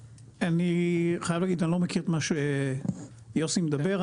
אני חייב להגיד שאני לא מכיר את מה שיוסי מדבר.